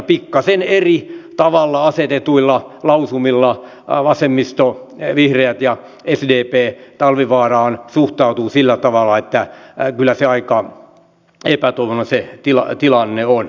pikkasen eri tavalla asetetuilla lausumilla vasemmisto vihreät ja sdp talvivaaraan suhtautuvat sillä tavalla että kyllä se aika epätoivoinen tilanne on